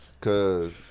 cause